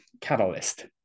catalyst